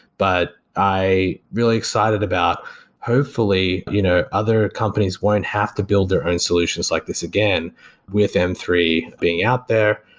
but i'm really excited about hopefully you know other companies won't have to build their own solutions like this again with m three being out there.